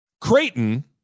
Creighton